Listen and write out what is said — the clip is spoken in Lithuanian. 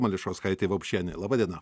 mališauskaitė vapšienė laba diena